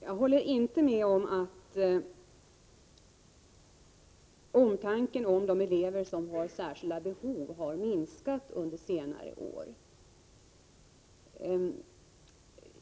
Jag håller inte med om att omtanken om de elever som har särskilda behov skulle ha minskat under senare år.